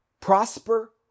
Prosper